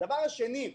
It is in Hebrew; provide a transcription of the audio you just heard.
דבר שני,